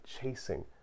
chasing